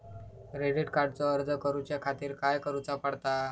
Credit कार्डचो अर्ज करुच्या खातीर काय करूचा पडता?